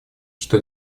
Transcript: что